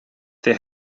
there